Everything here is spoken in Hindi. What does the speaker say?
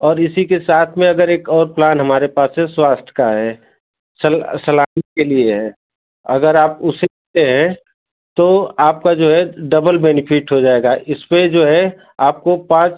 और इसी के साथ में अगर एक और प्लान हमारे पास है स्वास्थ्य का है सल के लिए है अगर आप उसे ते हैं तो आपका जो है डबल बेनीफिट हो जाएगा इस पर जो है आपको पाँच